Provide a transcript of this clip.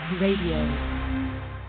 radio